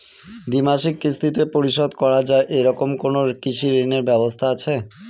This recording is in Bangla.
দ্বিমাসিক কিস্তিতে পরিশোধ করা য়ায় এরকম কোনো কৃষি ঋণের ব্যবস্থা আছে?